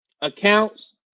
accounts